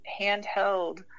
handheld